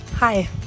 Hi